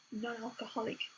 non-alcoholic